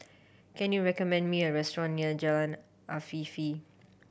can you recommend me a restaurant near Jalan Afifi